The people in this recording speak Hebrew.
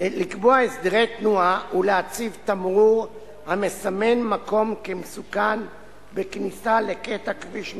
הסדרי תנועה ולהציב תמרור המסמן מקום כמסוכן בכניסה לקטע כביש מסוכן.